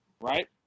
Right